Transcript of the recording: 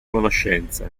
conoscenze